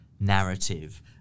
narrative